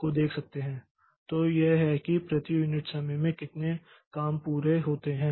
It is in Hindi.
तो यह है कि प्रति यूनिट समय में कितने काम पूरे होते हैं